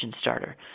starter